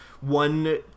one